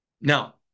Now